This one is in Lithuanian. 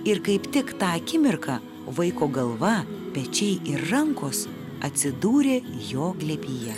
ir kaip tik tą akimirką vaiko galva pečiai ir rankos atsidūrė jo glėbyje